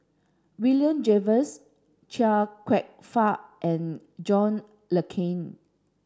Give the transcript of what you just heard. William Jervois Chia Kwek Fah and John Le Cain